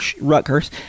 Rutgers